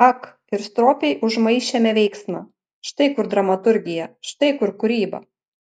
ak ir stropiai užmaišėme veiksmą štai kur dramaturgija štai kur kūryba